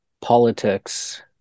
politics